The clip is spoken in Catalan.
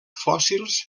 fòssils